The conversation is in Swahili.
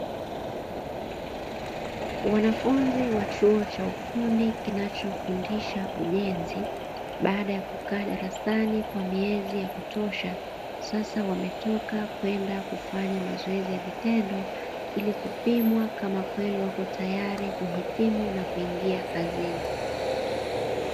Wanafunzi wa chuo cha ufundi kinachofundisha ujenzi, baada ya kukaa darasani kwa miezi ya kutosha, sasa wametoka kwenda kufanya mazoezi ya vitendo ili kupimwa kama kweli wako tayari kuhitimu na kuingia kazini.